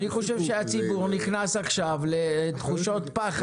אני חושב שהציבור נכנס עכשיו לתחושות פחד.